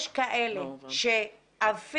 יש כאלה שאפילו